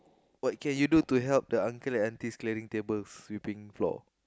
what can you do to help the uncle and aunties clearing tables sweeping floor